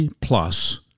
plus